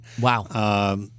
Wow